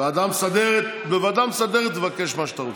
בוועדה המסדרת תבקש מה שאתה רוצה.